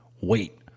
Wait